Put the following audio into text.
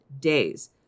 days